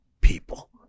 people